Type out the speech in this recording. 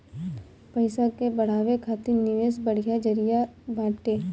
पईसा के बढ़ावे खातिर निवेश बढ़िया जरिया बाटे